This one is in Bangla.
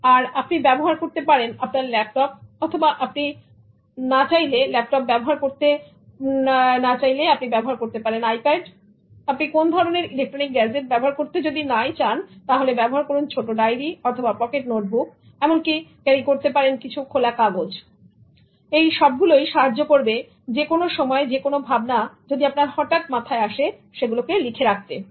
আর আপনি ব্যবহার করতে পারেন আপনার ল্যাপটপ অথবা যদি আপনি না চান ল্যাপটপ ব্যাবহার করতে আপনি ব্যবহার করতে পারেন আইপ্যাড আপনি কোন ধরনের ইলেকট্রনিক গ্যাজেট ব্যবহার করতে না চান তাহলে ব্যবহার করুন ছোট ডাইরি অথবা পকেট নোটবুক এমনকি ক্যারি করতে পারেন কিছু খোলা কাগজ ওকে সুতরাং এগুলো সাহায্য করবে যেকোনো সময় যে কোন ভাবনা আপনার মাথায় আসলে আপনি সেগুলো লিখে রাখতে পারবেন